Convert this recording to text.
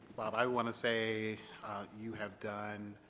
bob i want to say you have done